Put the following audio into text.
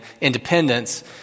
independence